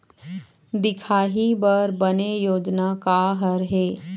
दिखाही बर बने योजना का हर हे?